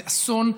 זה אסון.